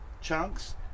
chunks